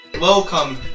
Welcome